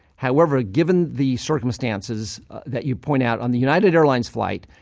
however, given the circumstances that you point out on the united airlines flight,